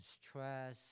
stress